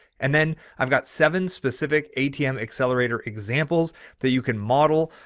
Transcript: and then i've got seven specific atm accelerator examples that you can model.